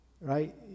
right